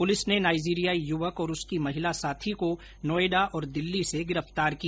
police ने नाईजिरियाई युवक और उसकी महिला साथी को नोएडा और दिल्ली से गिरफ्तार किया